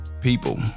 People